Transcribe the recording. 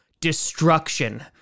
Destruction